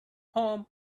home